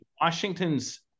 Washington's